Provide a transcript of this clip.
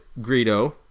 Greedo